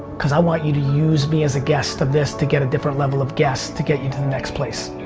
cause i want you to use me as a guest of this to get a different level of guests to get you to the next place.